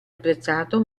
apprezzato